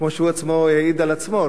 כמו שהוא עצמו העיד על עצמו,